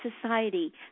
society